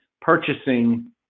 purchasing